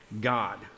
God